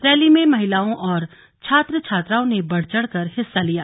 rally में महिलाओं और छात्र छात्राओ ने बढ़चढ़ कर हिस्सा लिया